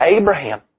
Abraham